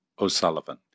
O'Sullivan